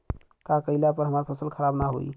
का कइला पर हमार फसल खराब ना होयी?